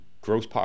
gross